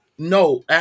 No